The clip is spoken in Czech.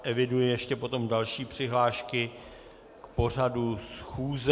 Eviduji ještě potom další přihlášky k pořadu schůze.